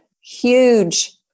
huge